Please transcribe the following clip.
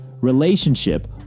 relationship